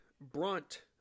brunt